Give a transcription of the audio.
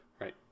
right